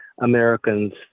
Americans